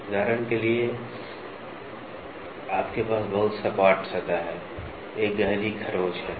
उदाहरण के लिए आपके पास बहुत सपाट सतह है एक गहरी खरोंच है